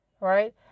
right